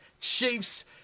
Chiefs